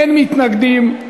אין מתנגדים,